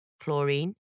chlorine